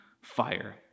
fire